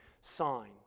sign